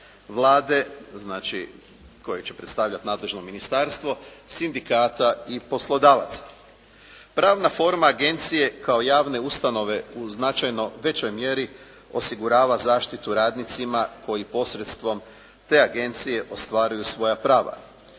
znači koje će predstavljati nadležno ministarstvo, sindikata i poslodavaca. Pravna forma agencije kao javne ustanove u značajno većoj mjeri osigurava zaštitu radnicima koji posredstvom te agencije ostvaruju svoja prava,